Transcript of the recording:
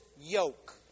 yoke